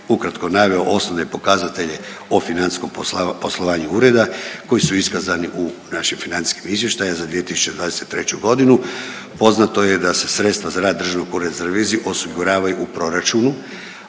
ukratko naveo osnovne pokazatelje o financijskom poslovanju Ureda koji su iskazani u našim financijskim izvještajima za 2023. godinu. Poznato je da se sredstva za rad Državnog ureda za reviziju osiguravaju u proračunu,